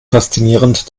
faszinierend